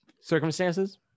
circumstances